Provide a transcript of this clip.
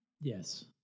Yes